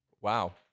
Wow